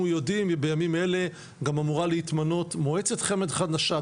יודעים בימים האלה גם אמורה להתמנות מועצת חמ"ד חדשה,